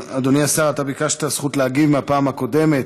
אדוני השר, אתה ביקשת זכות להגיב מהפעם הקודמת.